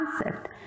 concept